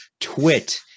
twit